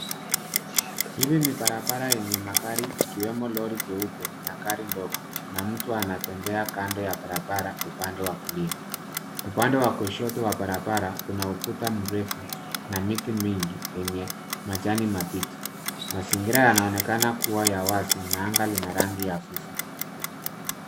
Hili ni barabara yenye magari ikiwemo lori jeupe na gari ndogo na mtu anatembea kando ya barabara upande wa kulia. Upande wa kushoto wa barabara kuna ukuta mrefu na miti mingi yenye majani mabichi. Mazingira yanaonekana kuwa ya wazi na anga lina rangi hafifu.